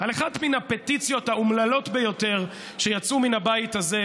על אחת מן הפטיציות האומללות ביותר שיצאו מן הבית הזה,